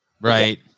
Right